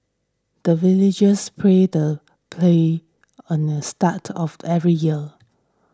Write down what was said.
the villagers pray the play on the start of the every year